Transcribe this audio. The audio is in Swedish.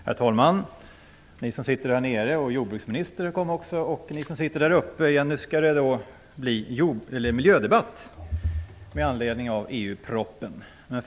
Herr talman! Ni som sitter här nere - jag ser att också jordbruksministern kommit hit - och ni som sitter där uppe på läktaren: Nu skall det bli en miljödebatt med anledning av EU-propositionen.